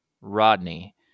rodney